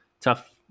tough